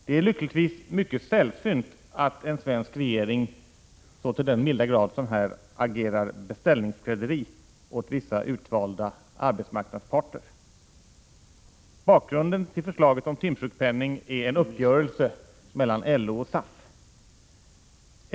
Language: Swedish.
Det är lyckligtvis mycket sällsynt att en svensk regering så till den milda grad agerar beställningsskrädderi åt vissa utvalda arbetsmarknadsparter. Bak grunden till förslaget om timsjukpenning är en uppgörelse mellan LO och SAF.